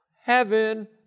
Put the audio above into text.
Heaven